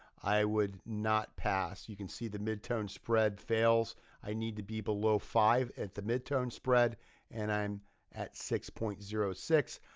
i would not pass. you can see the mid-tone spread fails i need to be below five at the mid-tone spread and i'm at six point zero six.